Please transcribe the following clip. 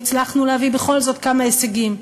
הצלחנו להביא בכל זאת כמה הישגים.